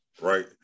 right